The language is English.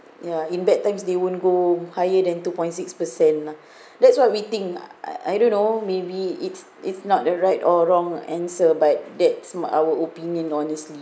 ya in bad times they won't go higher than two point six per cent lah that's what we think I I don't know maybe it's it's not the right or wrong answer but that's our opinion honestly